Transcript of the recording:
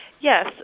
Yes